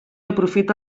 aprofita